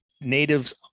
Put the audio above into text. natives